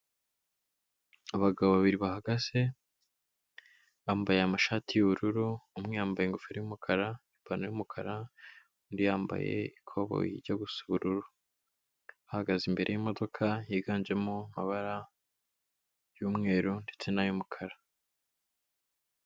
Abagabo babiri bahagaze bambaye amashati y'ububururu, umwe yambaye ingofero y'umukara n'ipantaro y'umukara, undi yambaye ikoboyi ijya gusa ubururu, bahagaze imbere y'imodoka yiganjemo amabara y'umweru ndetse n'ay'umukara.